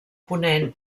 ponent